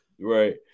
right